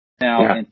Now